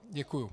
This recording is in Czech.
Děkuju.